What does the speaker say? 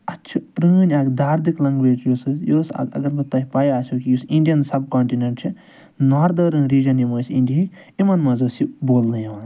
اَتھ چھِ پرٲنۍ اَکھ داردِک لَنٛگویج یۄس ٲسۍ اَگر بہٕ توہہِ پٕے آسیٚو یُس اِنٛڈِیَن سَب کانٹِنیٚٹ چھِ نارٕدٲرٕن رِجَن یِم ٲسۍ اِنٛڈِیاہٕکۍ یِمَن منٛز ٲسۍ یہِ بولنہٕ یِوان